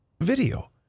video